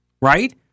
right